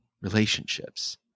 relationships